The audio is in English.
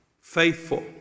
faithful